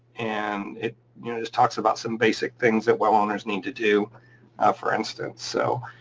and it just talks about some basic things that well owners need to do ah for instance. so